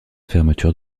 fermeture